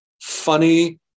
funny